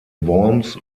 worms